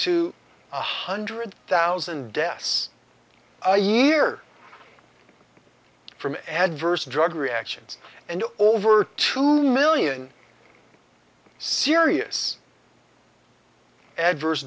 one hundred thousand deaths a year from adverse drug reactions and over two million serious adverse